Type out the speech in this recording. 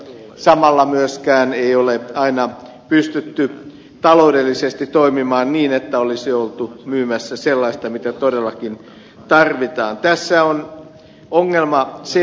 samalla myöskään ei ole aina pystytty taloudellisesti toimimaan niin että olisi oltu myymässä sellaista mitä todellakin tarvitaan tässä on ongelma on se